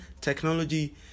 technology